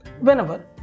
whenever